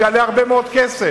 שהביצוע שלה יעלה הרבה מאוד כסף,